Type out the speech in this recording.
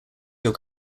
your